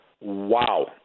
Wow